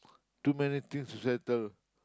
too many things to settle